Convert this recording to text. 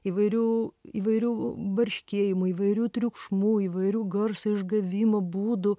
įvairių įvairių barškėjimų įvairių triukšmų įvairių garso išgavimo būdų